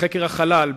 חקר החלל,